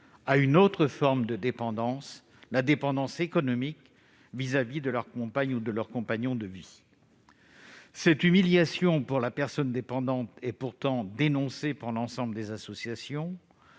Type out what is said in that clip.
à une autre forme de dépendance, économique, vis-à-vis de sa compagne ou de son compagnon de vie. Cette humiliation pour la personne dépendante est pourtant dénoncée par l'ensemble des associations.